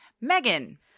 Megan